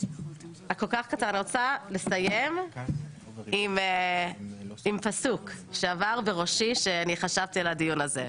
אני רוצה לסיים עם פסוק שעבר בראשי כשאני חשבתי על הדיון הזה,